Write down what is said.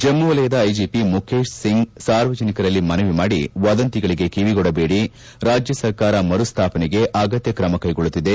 ಜಮ್ನ ವಲಯದ ಐಜಿಪಿ ಮುಖೇಶ್ ಸಿಂಗ್ ಸಾರ್ವಜನಿಕರಲ್ಲಿ ಮನವಿ ಮಾಡಿ ವದಂತಿಗಳಿಗೆ ಕಿವಿಗೊಡಬೇಡಿ ರಾಜ್ಯ ಸರ್ಕಾರ ಮರುಸ್ಥಾಪನೆಗೆ ಅಗತ್ಯ ಕ್ರಮ ಕೈಗೊಳ್ಳುತ್ತಿದೆ